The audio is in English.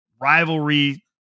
rivalry